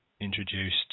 introduced